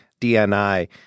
DNI